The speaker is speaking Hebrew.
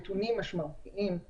זה נכון אבל אני כן שואלת אותך.